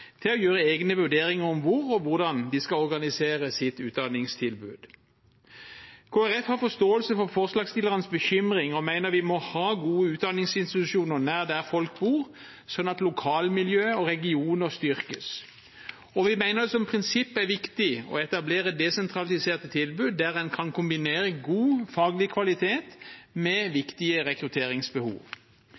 til å gjøre egne vurderinger om hvor og hvordan de skal organisere sitt utdanningstilbud. Kristelig Folkeparti har forståelse for forslagsstillernes bekymring og mener vi må ha gode utdanningsinstitusjoner nær der folk bor, sånn at lokalmiljø og regioner styrkes, og vi mener som prinsipp det er viktig å etablere desentraliserte tilbud der en kan kombinere god faglig kvalitet med viktige rekrutteringsbehov.